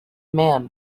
man